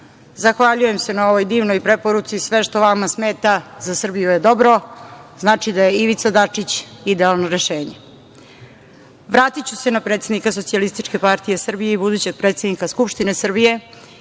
Zahvaljujem se na ovoj divnoj preporuci, sve što vama smeta za Srbiju je dobro, znači da je Ivica Dačić idealno rešenje. Vratiću se na predsednika SPS i budućeg predsednika Skupštine Srbije